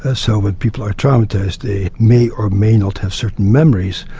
ah so when people are traumatised they may or may not have certain memories,